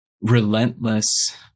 relentless